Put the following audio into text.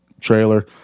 trailer